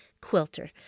quilter